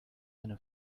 eine